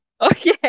Okay